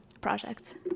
project